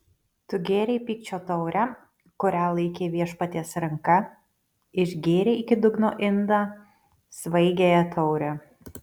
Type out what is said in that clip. tu gėrei pykčio taurę kurią laikė viešpaties ranka išgėrei iki dugno indą svaigiąją taurę